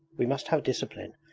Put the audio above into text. we must have discipline.